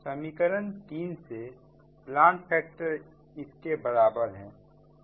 समीकरण 3 से plant factor इस के बराबर है